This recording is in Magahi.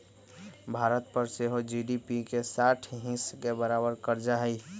भारत पर सेहो जी.डी.पी के साठ हिस् के बरोबर कर्जा हइ